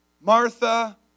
Martha